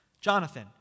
Jonathan